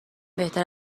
بهتر